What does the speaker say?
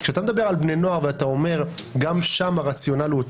כשאתה מדבר על בני נוער ואתה אומר שגם שם אותו רציונל,